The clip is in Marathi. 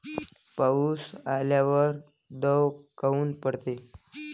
पाऊस आल्यावर दव काऊन पडते?